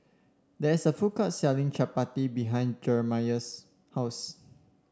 there is a food court selling Chapati behind Jeremey's house